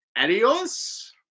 Adios